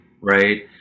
right